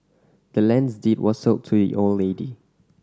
the land's deed was sold to the old lady